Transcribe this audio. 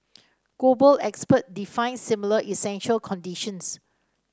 global experts define similar essential conditions